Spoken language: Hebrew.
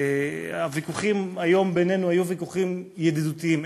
הוויכוחים היום בינינו היו ויכוחים ידידותיים,